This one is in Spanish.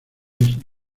eres